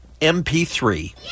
MP3